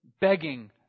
begging